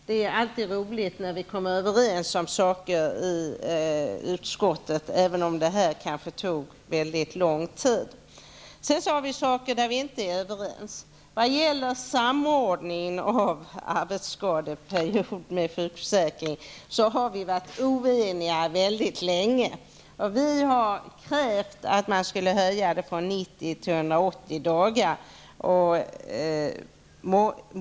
Det är alltid roligt när vi kommer överens om saker i utskottet, även om det i det här fallet har tagit väldigt lång tid. Sedan finns det saker där vi inte är överens. Vad gäller samordningen av arbetsskadeförsäkringen med sjukförsäkringen har vi varit oeniga väldigt länge. Vi har krävt att samordningstiden skall höjas från 90 till 180 dagar.